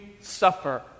suffer